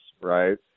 right